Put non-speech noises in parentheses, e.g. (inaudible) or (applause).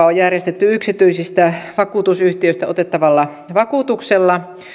(unintelligible) on järjestetty yksityisistä vakuutusyhtiöistä otettavalla vakuutuksella